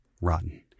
rotten